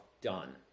done